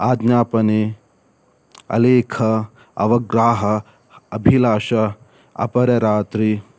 ಆಜ್ಞಾಪನೆ ಅಲೇಖ ಅವಗ್ರಾಹ ಅಭಿಲಾಷ ಅಪರ ರಾತ್ರಿ